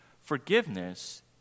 Forgiveness